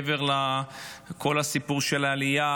מעבר לכל הסיפור של העלייה,